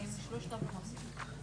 יש גבול.